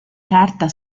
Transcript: carta